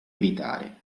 evitare